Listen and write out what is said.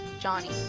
Johnny